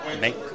make